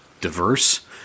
diverse